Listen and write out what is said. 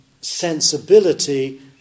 sensibility